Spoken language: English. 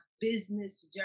business